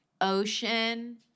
ocean